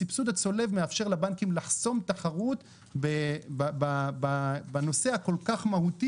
הסבסוד הצולב מאפשר לבנקים לחסום תחרות בנושא הכל כך מהותי